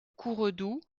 courredou